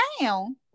down